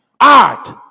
art